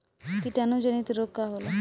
कीटाणु जनित रोग का होला?